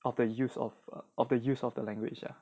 of the use of a of the use of the language ah